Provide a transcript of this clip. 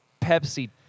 Pepsi